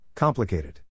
Complicated